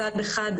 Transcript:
מצד אחד,